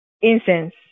incense